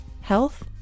health